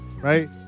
Right